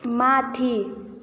माथि